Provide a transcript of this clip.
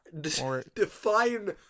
Define